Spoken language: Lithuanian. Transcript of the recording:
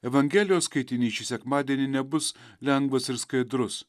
evangelijos skaitinys šį sekmadienį nebus lengvas ir skaidrus